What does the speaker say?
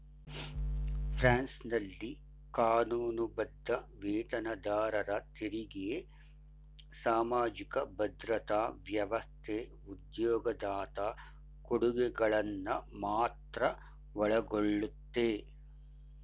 ಫ್ರಾನ್ಸ್ನಲ್ಲಿ ಕಾನೂನುಬದ್ಧ ವೇತನದಾರರ ತೆರಿಗೆ ಸಾಮಾಜಿಕ ಭದ್ರತಾ ವ್ಯವಸ್ಥೆ ಉದ್ಯೋಗದಾತ ಕೊಡುಗೆಗಳನ್ನ ಮಾತ್ರ ಒಳಗೊಳ್ಳುತ್ತೆ